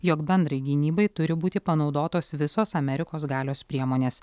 jog bendrai gynybai turi būti panaudotos visos amerikos galios priemonės